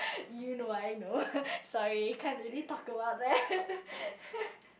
you know I know sorry can't really talk about that